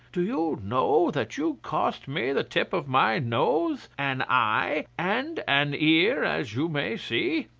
do you know that you cost me the tip of my nose, an eye, and an ear, as you may see?